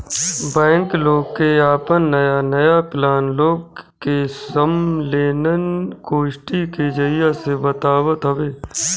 bank लोग के आपन नया नया प्लान लोग के सम्मलेन, गोष्ठी के जरिया से बतावत हवे